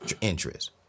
interest